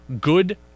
good